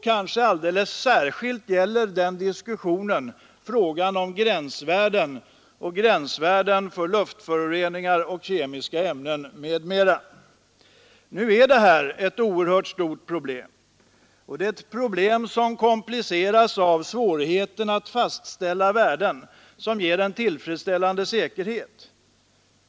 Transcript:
Kanske alldeles särskilt gäller den diskussionen gränsvärden för luftföroreningar och kemiska ämnen m.m. Nu är detta ett oerhört stort problem, som kompliceras av svårigheten att fastställa värden som ger en tillfredsställande säkerhet.